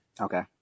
Okay